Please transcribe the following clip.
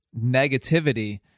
negativity